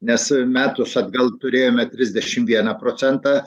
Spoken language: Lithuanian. nes metus atgal turėjome trisdešimt vieną procentą